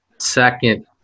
second